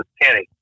Kenny